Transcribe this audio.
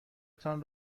تان